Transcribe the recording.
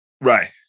Right